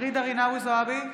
ג'ידא רינאוי זועבי,